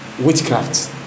witchcraft